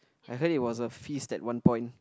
I heard it was a feast at one point